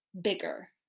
bigger